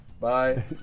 bye